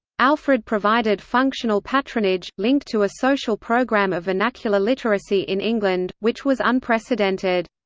alfred provided functional patronage, linked to a social programme of vernacular literacy in england, which was unprecedented.